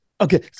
Okay